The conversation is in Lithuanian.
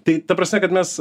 tai ta prasme kad mes